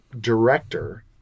director